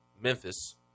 Memphis